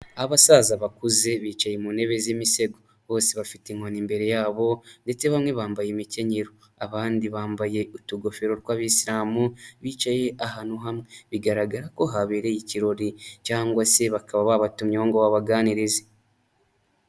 Abasaza bakuze bicaye mu ntebe z'imisego. Bose bafite inkoni imbere yabo ndetse bamwe bambaye imikenyero. Abandi bambaye utugofero tw'ababisiRamu bicaye ahantu hamwe bigaragara ko habereye ikirori, cyangwa se bakaba babatumyeho ngo babaganirize.